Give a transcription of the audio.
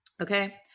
Okay